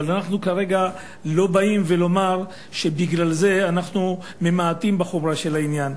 אבל אנחנו כרגע לא באים לומר שבגלל זה אנחנו ממעיטים בחומרה של העניין.